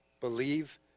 believe